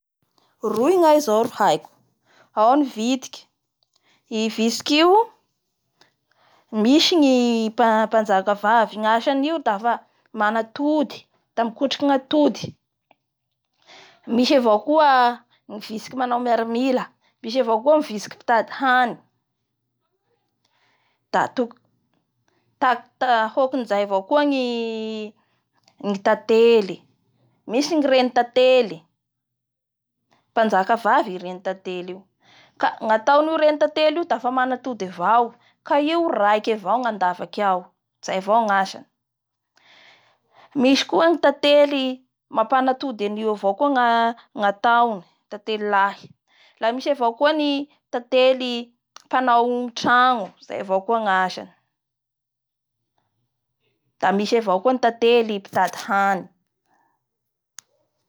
Roy gnahy zao ro haiko ao ny vitiky. I vitsiky io misy mpanjaka vavy, gnasan'io dafa mana atody da mikotriky ny atody Misy avao koa ny vitsiky manao miaramila, misy avao koa ny vitsiky mpitady hany da tok-tak hokan'izay avao koa gny ny tately misy ny reny tately mpanjaka vavay i renin'ny tatey io ka gnataon'nio reny tately io dafa manatody avao ka io raiky avao gnandavaky ao?izay avao gnasany. Misy koa ny tately mampanatody an'io avao koa gna-ngataony tately lahy da misy avao koa ny tately mpanao trango izay avao koa ny asany. Da misy avao koa ny tately mpitady hany.